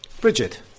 Bridget